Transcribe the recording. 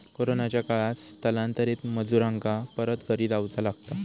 कोरोनाच्या काळात स्थलांतरित मजुरांका परत घरी जाऊचा लागला